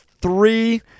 three